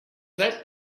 that